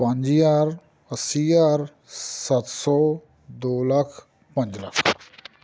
ਪੰਜ ਹਜ਼ਾਰ ਅੱਸੀ ਹਜ਼ਾਰ ਸੱਤ ਸੌ ਦੋ ਲੱਖ ਪੰਜ ਲੱਖ